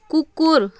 कुकुर